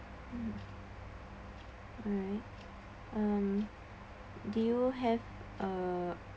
(uh huh) uh alright do you have uh